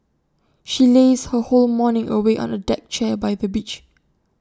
she lazed her whole morning away on A deck chair by the beach